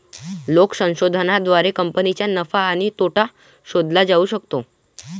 लेखा संशोधनाद्वारे कंपनीचा नफा आणि तोटा शोधला जाऊ शकतो